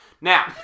Now